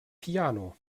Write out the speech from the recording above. piano